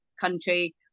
country